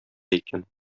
икән